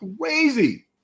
Crazy